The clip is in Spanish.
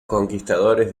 conquistadores